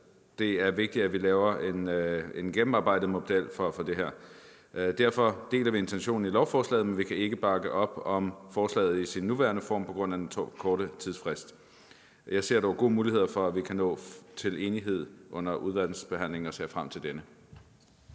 Det er vigtigt, at vi laver en gennemarbejdet model for det her. Derfor deler vi intentionen i lovforslaget, men vi kan ikke bakke op om forslaget i sin nuværende form på grund af den korte tidsfrist. Jeg ser dog god mulighed for, at vi kan nå til enighed under udvalgsbehandlingen og ser frem til denne.